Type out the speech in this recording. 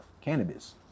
cannabis